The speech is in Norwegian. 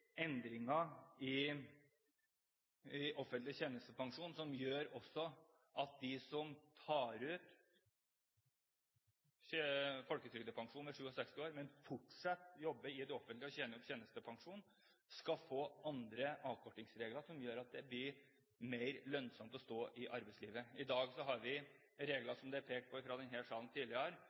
endringer i offentlig tjenestepensjon som gjør at de som tar ut folketrygdpensjon ved 67 år, men fortsatt jobber i det offentlige og tjener opp tjenestepensjon, skal få andre avkortingsregler som gjør at det blir mer lønnsomt å stå i arbeidslivet. I dag har vi regler, som det er pekt på fra denne salen tidligere,